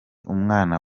umwana